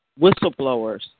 whistleblowers